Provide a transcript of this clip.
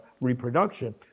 reproduction